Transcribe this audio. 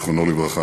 זיכרונו לברכה,